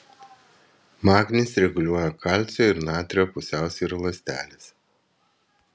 magnis reguliuoja kalcio ir natrio pusiausvyrą ląstelėse